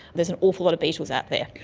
there's an awful lot of beetles out there.